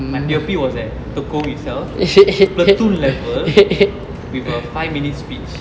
my P_O_P was at tekong itself platoon level with a five minute speech